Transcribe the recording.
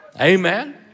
Amen